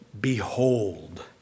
behold